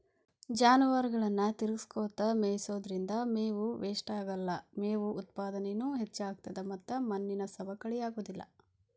ಜಾನುವಾರುಗಳನ್ನ ತಿರಗಸ್ಕೊತ ಮೇಯಿಸೋದ್ರಿಂದ ಮೇವು ವೇಷ್ಟಾಗಲ್ಲ, ಮೇವು ಉತ್ಪಾದನೇನು ಹೆಚ್ಚಾಗ್ತತದ ಮತ್ತ ಮಣ್ಣಿನ ಸವಕಳಿ ಆಗೋದಿಲ್ಲ